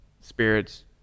spirits